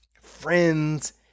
friends